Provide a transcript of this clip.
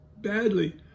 badly